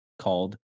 called